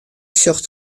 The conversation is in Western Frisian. sjocht